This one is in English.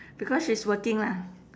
because she is working lah